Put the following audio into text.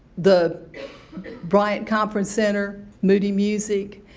the bryant conference center, moody music.